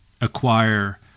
acquire